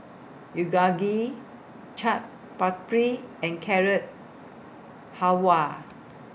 Chaat Papri and Carrot Halwa